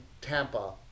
tampa